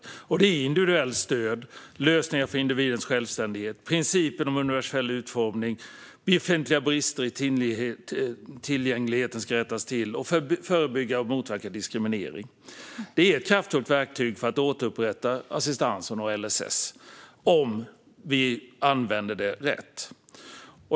Det handlar om individuellt stöd och lösningar för individens självständighet, om principen om universell utformning, om att befintliga brister i tillgängligheten ska rättas till och om att förebygga och motverka diskriminering. Det är ett kraftfullt verktyg för att återupprätta assistansen och LSS, om vi använder det rätt.